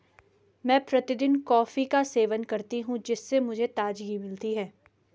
मैं प्रतिदिन कॉफी का सेवन करती हूं जिससे मुझे ताजगी मिलती है